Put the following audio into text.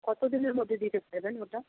কতদিনের মধ্যে দিতে পারবেন ওটা